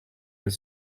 elle